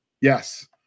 yes